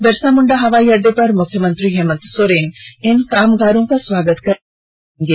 बिरसा मुंडा हवाई अड्डे पर मुख्यमंत्री हेमंत सोरेन इन कामगारों का स्वागत करेंगे